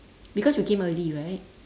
because you came early right